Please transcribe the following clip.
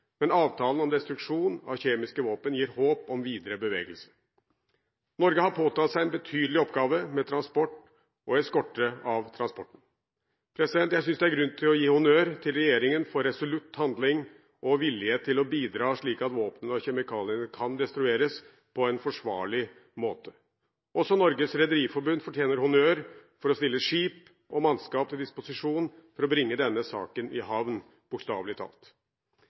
men avtalen om destruksjon av kjemiske våpen gir håp om videre bevegelse. Norge har påtatt seg en betydelig oppgave med transport og eskorte av transporten. Jeg syns det er grunn til å gi honnør til regjeringen for resolutt handling og vilje til å bidra, slik at våpnene og kjemikaliene kan destrueres på en forsvarlig måte. Også Norges Rederiforbund fortjener honnør for å stille skip og mannskap til disposisjon for å bringe denne saken i havn, bokstavelig talt.